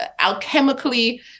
alchemically